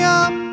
up